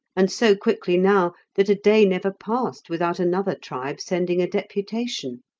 and so quickly now that a day never passed without another tribe sending a deputation.